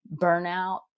burnout